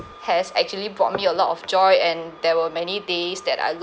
has actually brought me a lot of joy and there were many days that I